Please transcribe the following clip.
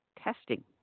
testing